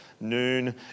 Noon